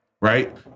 right